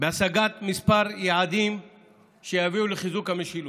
בהשגת כמה יעדים שיביאו לחיזוק המשילות: